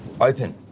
Open